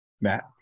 Matt